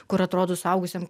kur atrodo suaugusiam